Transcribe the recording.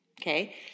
Okay